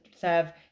serve